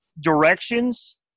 directions